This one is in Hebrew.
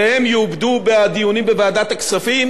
והם יעובדו בדיונים בוועדת הכספים.